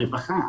הרווחה,